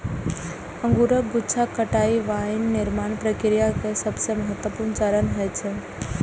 अंगूरक गुच्छाक कटाइ वाइन निर्माण प्रक्रिया केर सबसं महत्वपूर्ण चरण होइ छै